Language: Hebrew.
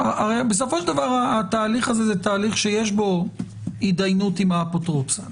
בסופו של דבר התהליך הזה הוא תהליך שיש בו התדיינות עם האפוטרופסה,